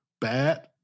bad